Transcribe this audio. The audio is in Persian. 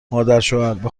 مادرشوهربه